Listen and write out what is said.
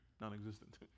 non-existent